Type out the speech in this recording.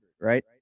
right